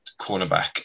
cornerback